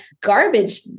garbage